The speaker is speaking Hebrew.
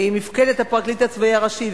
ממפקדת הפרקליט הצבאי הראשי.